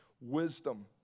wisdom